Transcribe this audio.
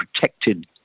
protected